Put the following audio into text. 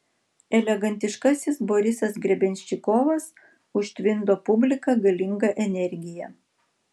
elegantiškasis borisas grebenščikovas užtvindo publiką galinga energija